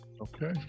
okay